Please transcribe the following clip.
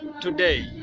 Today